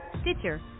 Stitcher